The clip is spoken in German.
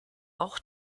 auch